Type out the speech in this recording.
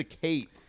kate